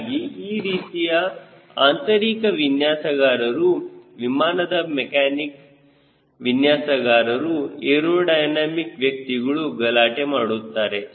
ಹೀಗಾಗಿ ಆ ರೀತಿಯ ಆಂತರಿಕ ವಿನ್ಯಾಸಗಾರರು ವಿಮಾನದ ಮೆಕ್ಯಾನಿಕ್ ವಿನ್ಯಾಸಗಾರರು ಏರೋಡೈನಮಿಕ್ ವ್ಯಕ್ತಿಗಳು ಗಲಾಟೆ ಮಾಡುತ್ತಾರೆ